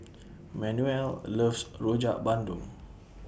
Manuel loves Rojak Bandung